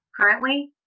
currently